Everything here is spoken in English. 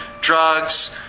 drugs